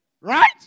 Right